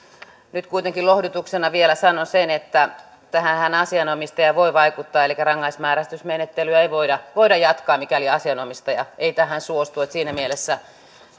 nyt kuitenkin lohdutuksena vielä sanon sen että tähänhän asianomistaja voi vaikuttaa elikkä rangaistusmääräysmenettelyä ei voida voida jatkaa mikäli asianomistaja ei tähän suostu siinä mielessä